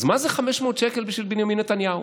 אז מה זה 500 שקל בשביל בנימין נתניהו?